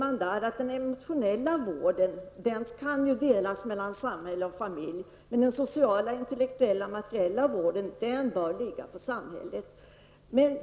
Det sägs att den emotionella vården kan delas mellan samhälle och familj men att den sociala, intellektuella och materiella vården bör ligga på samhället.